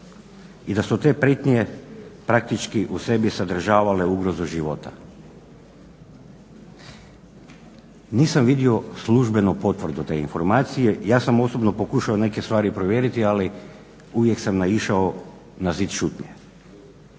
i da su te prijetnje praktički u sebi sadržavale ugrozu života. Nisam vidio službenu potvrdu te informacije, ja sam osobno pokušao neke stvari provjeriti ali uvijek sam naišao na zid šutnje.